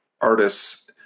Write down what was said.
artists